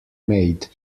made